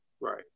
Right